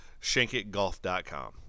ShankItGolf.com